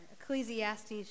Ecclesiastes